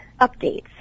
updates